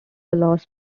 allows